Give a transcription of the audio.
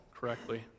correctly